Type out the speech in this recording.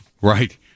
Right